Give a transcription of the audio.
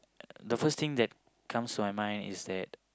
the first thing that comes to my mind is that